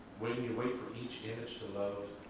when you wait for each image to load,